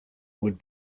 would